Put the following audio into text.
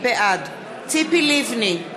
בעד ציפי לבני,